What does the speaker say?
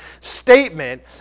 statement